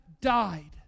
died